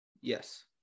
Yes